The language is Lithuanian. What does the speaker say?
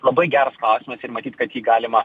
labai geras klausimas ir matyt kad jį galima